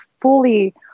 fully